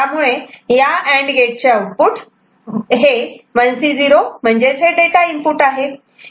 त्यामुळे ह्या अँड गेटचे आउटपुट हे 1 C 0 म्हणजे च डाटा इनपुट आहे